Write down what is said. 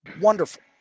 Wonderful